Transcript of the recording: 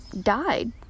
died